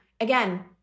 again